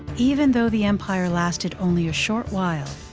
even though the empire lasted only a short while,